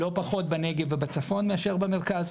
לא פחות בנגב ובצפון מאשר במרכז,